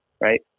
right